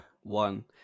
one